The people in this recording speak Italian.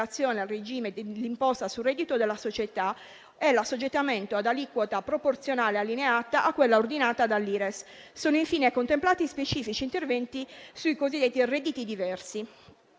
al regime dell'imposta sul reddito della società e l'assoggettamento ad aliquota proporzionale allineata a quella ordinata dall'Ires. Sono infine contemplati specifici interventi sui cosiddetti redditi diversi.